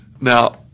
Now